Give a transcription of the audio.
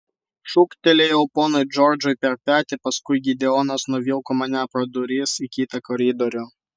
šūktelėjau ponui džordžui per petį paskui gideonas nuvilko mane pro duris į kitą koridorių